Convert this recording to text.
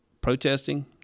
protesting